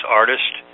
artist